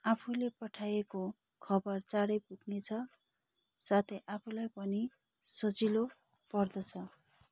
आफूले पठाएको खबर चाँडै पुग्नेछ साथै आफूलाई पनि सजिलो पर्द्छ